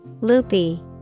Loopy